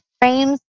frames